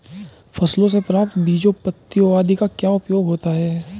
फसलों से प्राप्त बीजों पत्तियों आदि का क्या उपयोग होता है?